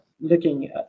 looking